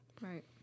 Right